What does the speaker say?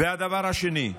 והדבר השני,